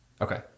Okay